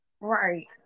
Right